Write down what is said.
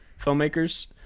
filmmakers